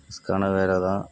ரிஸ்க்கான வேலை தான்